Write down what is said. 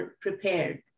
prepared